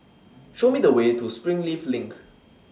Show Me The Way to Springleaf LINK